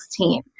2016